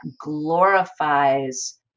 glorifies